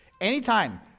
Anytime